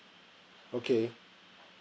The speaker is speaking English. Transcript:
okay